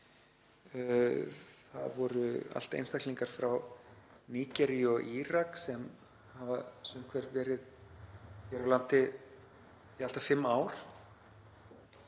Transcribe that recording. Það voru allt einstaklingar frá Nígeríu og Írak sem hafa sum hver verið hér á landi í allt að fimm ár.